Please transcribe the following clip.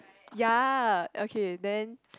ya okay then